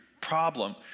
problem